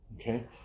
Okay